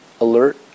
alert